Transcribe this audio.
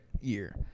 year